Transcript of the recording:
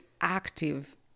active